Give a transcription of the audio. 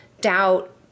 doubt